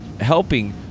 helping